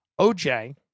OJ